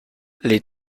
les